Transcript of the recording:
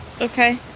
Okay